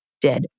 Dead